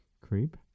Creep